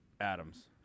Adams